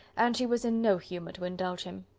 and she was in no humour to indulge him.